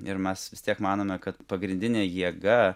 ir mes vis tiek manome kad pagrindinė jėga